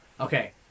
Okay